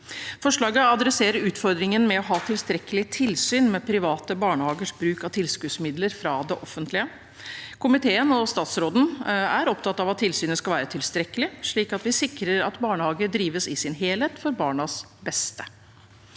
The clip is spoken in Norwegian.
Forslaget adresserer utfordringen med å ha tilstrekkelig tilsyn med private barnehagers bruk av tilskuddsmidler fra det offentlige. Komiteen og statsråden er opptatt av at tilsynet skal være tilstrekkelig, slik at vi sikrer at barnehager drives i sin helhet for barnas beste.